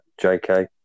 JK